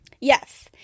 Yes